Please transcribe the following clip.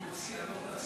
ההצעה להעביר את הנושא